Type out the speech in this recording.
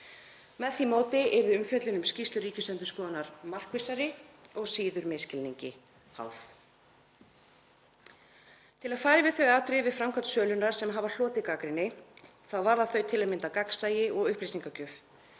Með því móti yrði umfjöllun um skýrslur Ríkisendurskoðunar markvissari og síður misskilningi háð. Til að fara yfir þau atriði við framkvæmd sölunnar sem hafa hlotið gagnrýni þá varða þau til að mynda gagnsæi og upplýsingagjöf,